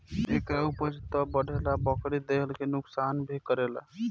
एकरा उपज त बढ़ेला बकिर देह के नुकसान भी करेला